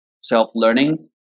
self-learning